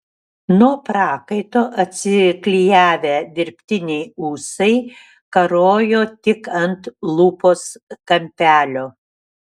nuo prakaito atsiklijavę dirbtiniai ūsai karojo tik ant lūpos kampelio